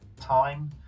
time